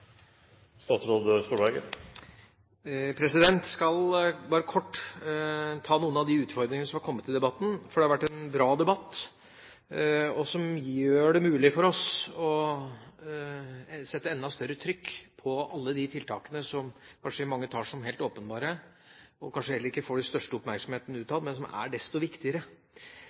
debatten. Det har vært en bra debatt, som gjør det mulig for oss å sette enda større trykk på alle de tiltakene som kanskje mange ser på som helt åpenbare, og som kanskje heller ikke får den største oppmerksomheten utad, men som er desto viktigere.